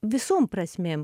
visom prasmėm